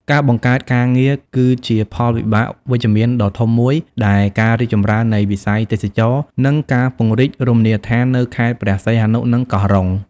ការបង្កើតការងារ គឺជាផលវិបាកវិជ្ជមានដ៏ធំមួយនៃការរីកចម្រើននៃវិស័យទេសចរណ៍ និងការពង្រីករមណីយដ្ឋាននៅខេត្តព្រះសីហនុ និងកោះរ៉ុង។